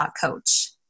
Coach